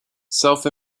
self